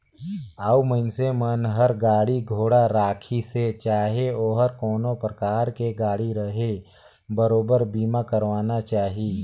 अउ मइनसे मन हर गाड़ी घोड़ा राखिसे चाहे ओहर कोनो परकार के गाड़ी रहें बरोबर बीमा करवाना चाही